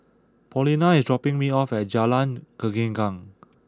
Paulina is dropping me off at Jalan Gelenggang